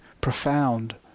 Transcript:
profound